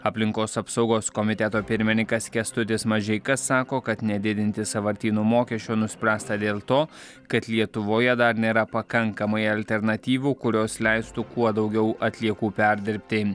aplinkos apsaugos komiteto pirmininkas kęstutis mažeika sako kad nedidinti sąvartynų mokesčio nuspręsta dėl to kad lietuvoje dar nėra pakankamai alternatyvų kurios leistų kuo daugiau atliekų perdirbti